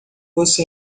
você